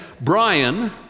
Brian